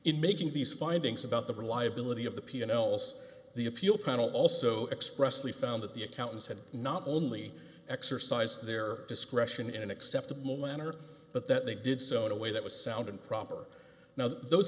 in make these findings about the reliability of the p and ls the appeal panel also expressly found that the accountants had not only exercise their discretion in an acceptable manner but that they did so in a way that was sound and proper now th